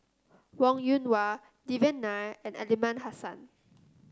Wong Yoon Wah Devan Nair and Aliman Hassan